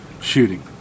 shooting